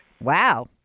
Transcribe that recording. Wow